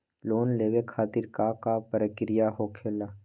Loan लेवे खातिर का का प्रक्रिया होखेला?